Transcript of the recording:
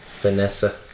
Vanessa